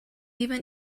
even